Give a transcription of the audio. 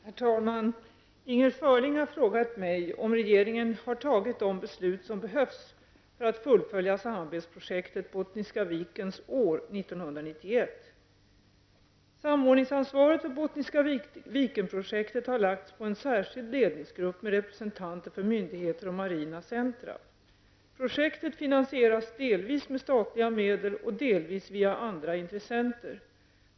Herr talman! Inger Schörling har frågat mig om regeringen har fattat de beslut som behövs för att fullfölja samarbetsprojektet Bottniska vikens år Samordningsansvaret för Bottniska vikenprojektet har lagts på en särskild ledningsgrupp med representanter för myndigheter och marina centra. Projektets finansieras delvis med statliga medel, delvis via andra intressenter.